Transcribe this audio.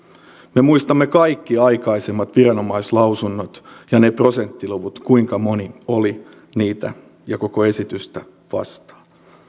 me kaikki muistamme aikaisemmat viranomaislausunnot ja ne prosenttiluvut siitä kuinka moni oli niitä muutoksia ja koko esitystä vastaan